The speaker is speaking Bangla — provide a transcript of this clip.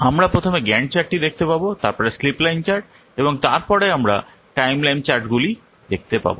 আমরা প্রথমে গ্যান্ট চার্টটি দেখতে পাব তারপরে স্লিপ লাইন চার্ট এবং তারপরে আমরা টাইমলাইন চার্টগুলি দেখতে পাব